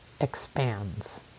expands